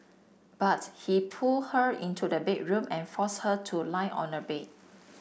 but he pulled her into the bedroom and forced her to lie on a bed